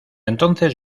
entonces